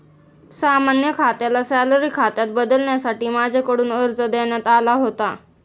सामान्य खात्याला सॅलरी खात्यात बदलण्यासाठी माझ्याकडून अर्ज देण्यात आला होता